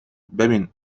ببین